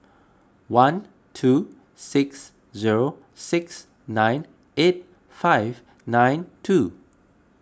one two six zero six nine eight five nine two